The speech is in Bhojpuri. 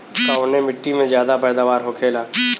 कवने मिट्टी में ज्यादा पैदावार होखेला?